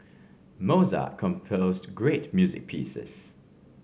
Mozart composed great music pieces